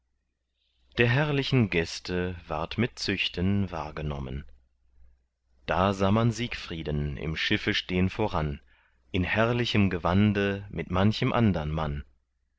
der herrlichen gäste ward mit züchten wahrgenommen da sah man siegfrieden im schiffe stehn voran in herrlichem gewande mit manchem andern mann